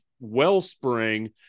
wellspring